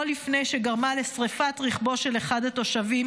לא לפני שגרמה לשרפת רכבו של אחד התושבים